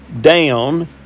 down